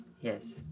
Yes